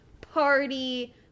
party